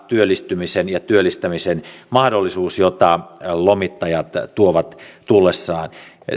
työllistymisen ja työllistämisen mahdollisuus jota lomittajat tuovat tullessaan